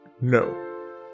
No